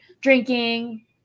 Drinking